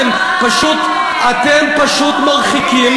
אוה, אוה, אתם פשוט מרחיקים